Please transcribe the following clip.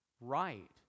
right